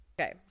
Okay